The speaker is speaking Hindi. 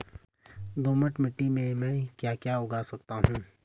दोमट मिट्टी में म ैं क्या क्या उगा सकता हूँ?